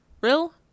Real